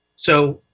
so